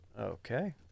Okay